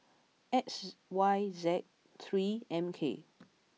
X Y Z three M K